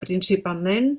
principalment